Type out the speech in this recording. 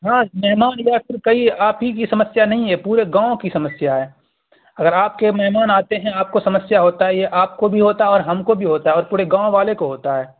ہاں مہمان یہ آخر کئی آپ ہی کی سمسیا نہیں ہے پورے گاؤں کی سمسیا ہے اگر آپ کے مہمان آتے ہیں آپ کو سمسیا ہوتا ہے یہ آپ کو بھی ہوتا اور ہم کو بھی ہوتا ہے اور پورے گاؤں والے کو ہوتا ہے